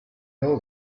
know